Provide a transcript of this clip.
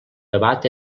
debat